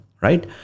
right